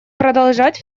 продолжать